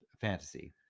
Fantasy